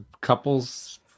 Couples